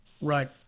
Right